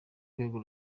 urwego